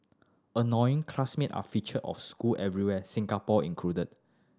annoying classmate are feature of school everywhere Singapore included